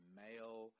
male